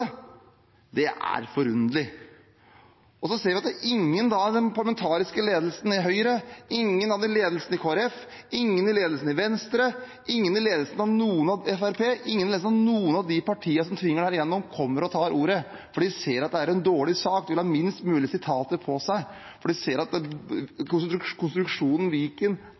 Det er forunderlig. Så ser vi at ingen i den parlamentariske ledelsen i Høyre, ingen i ledelsen i Kristelig Folkeparti, ingen i ledelsen i Venstre, ingen i ledelsen i Fremskrittspartiet, ingen i ledelsen i noen av de partiene som tvinger dette gjennom, kommer og tar ordet, for de ser at det er en dårlig sak. De vil ha minst mulig sitater på seg, for de ser at konstruksjonen Viken